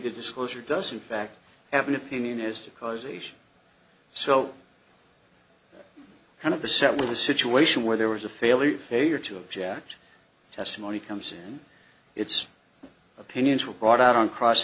the disclosure does in fact have an opinion as to causation so kind of beset with a situation where there was a fairly failure to object testimony comes in it's opinions were brought out on cross